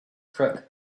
crook